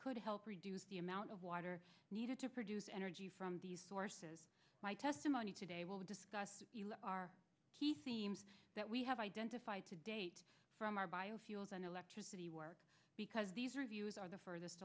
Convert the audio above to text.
could help reduce the amount of water needed to produce energy from these sources my testimony today will discuss our key seems that we have identified to date from our biofuels and electricity works because these reviews are the furthest